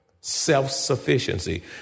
Self-sufficiency